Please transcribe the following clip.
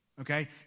okay